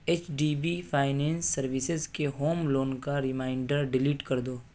H D B finance services کے home loan کا reminder delete کر دو